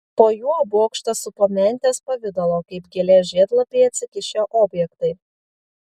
po juo bokštą supo mentės pavidalo kaip gėlės žiedlapiai atsikišę objektai